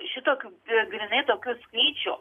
šitokių ir grynai tokių skaičių